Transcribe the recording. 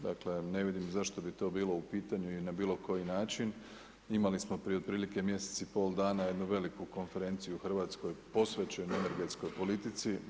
Dakle ne vidim zašto bi to bilo u pitanju i na bilo koji način, imali smo prije otprilike mjesec i pol dana jednu veliku konferenciju u Hrvatskoj posvećenu energetskoj politici.